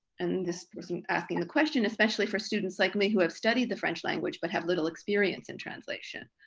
and this person asking the question, especially for students like me who have studied the french language but have little experience in translation.